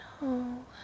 no